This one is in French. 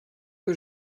que